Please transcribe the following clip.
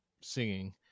singing